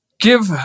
Give